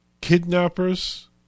kidnappers